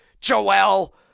Joel